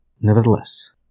Nevertheless